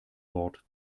wort